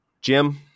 Jim